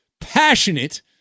passionate